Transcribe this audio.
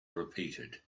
repeated